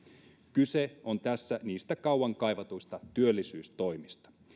kyse on niistä kauan kaivatuista työllisyystoimista